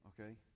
okay